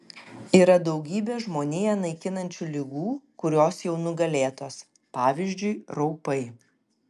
yra daugybė žmoniją naikinančių ligų kurios jau nugalėtos pavyzdžiui raupai